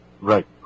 Right